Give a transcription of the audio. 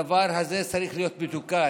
הדבר הזה צריך להיות מתוקן.